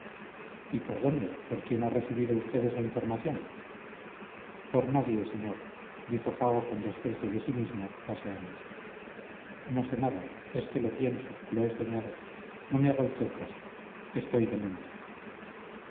y por dónde por quién ha recibido usted esa información por nadie señor dijo fago con desprecio de sí mismo paseándose no sé nada es que lo pienso lo he soñado no me haga usted caso estoy demente